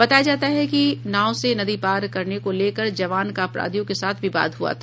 बताया जाता है कि नाव से नदी पार करने को लेकर जवान का अपराधियों के साथ विवाद हुआ था